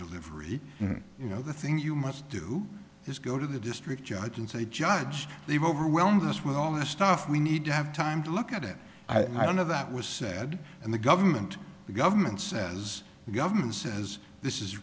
delivery you know the thing you must do is go to the district judge and say judge they've overwhelmed us with all the stuff we need to have time to look at it i don't know that was said and the government the government says the government says this is